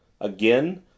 Again